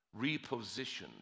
repositioned